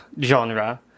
genre